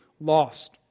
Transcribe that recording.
lost